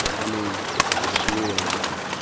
i mean really young,